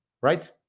right